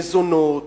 מזונות,